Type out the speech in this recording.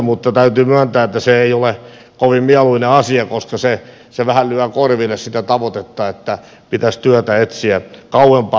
mutta täytyy myöntää että se ei ole kovin mieluinen asia koska se vähän lyö korville sitä tavoitetta että pitäisi työtä etsiä kauempaa